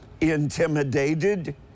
intimidated